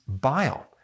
bile